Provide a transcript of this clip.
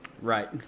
Right